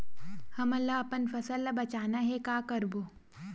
हमन ला अपन फसल ला बचाना हे का करबो?